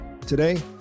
Today